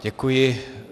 Děkuji.